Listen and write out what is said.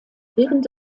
während